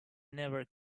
never